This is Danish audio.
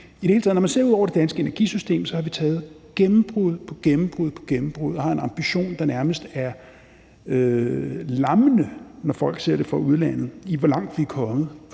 i det hele taget ser ud over det danske energisystem, har vi taget gennembrud på gennembrud, og vi har en ambition, der nærmest er lammende, når folk ser det fra udlandet, i forhold til hvor langt vi er kommet,